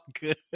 good